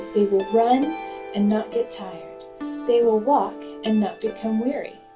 they will run and not get tired they will walk and not become weary.